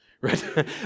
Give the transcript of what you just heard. right